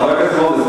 חבר הכנסת מוזס,